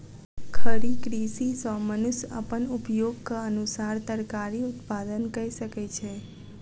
खड़ी कृषि सॅ मनुष्य अपन उपयोगक अनुसार तरकारी उत्पादन कय सकै छै